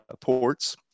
ports